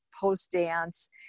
post-dance